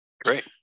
Great